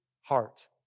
heart